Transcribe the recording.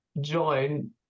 join